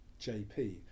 JP